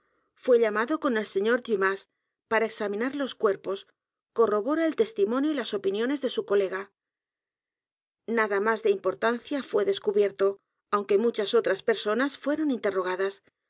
fué llamado con el señor dumas p a r a examinar los cuerpos corrobora el testimonio y las opiniones de su colega nada más de importancia fué descubierto aunque muchas otras personas fueron i